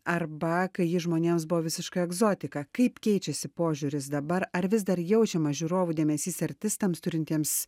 arba kai ji žmonėms buvo visiška egzotika kaip keičiasi požiūris dabar ar vis dar jaučiamas žiūrovų dėmesys artistams turintiems